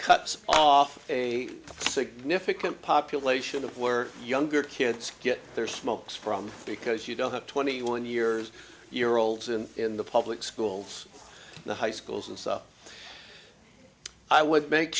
cuts off a significant population of were younger kids get their smokes from because you don't have twenty one years year olds and in the public schools the high schools and so i would make